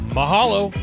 Mahalo